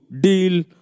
deal